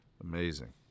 Amazing